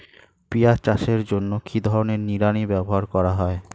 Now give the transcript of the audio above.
পিঁয়াজ চাষের জন্য কি ধরনের নিড়ানি ব্যবহার করা হয়?